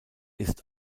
ist